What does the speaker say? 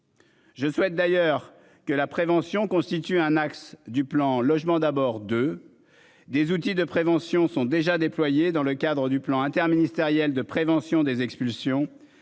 Je souhaite d'ailleurs que la prévention constitue un axe du plan logement d'abord de. Des outils de prévention sont déjà déployés dans le cadre du plan interministériel de prévention des expulsions